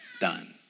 done